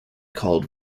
called